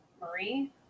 Marie